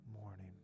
morning